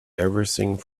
everything